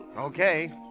Okay